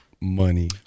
money